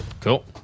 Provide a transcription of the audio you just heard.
Cool